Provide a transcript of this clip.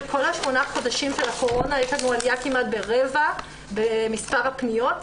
כל השמונה החודשים של הקורונה יש לנו עלייה כמעט ברבע במספר הפניות.